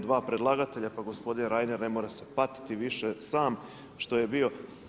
Dva predlagatelja, pa gospodin Reiner ne mora se patiti više sam što je bio.